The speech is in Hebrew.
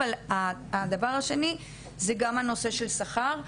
אבל הדבר השני זה גם הנושא של שכר,